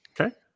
Okay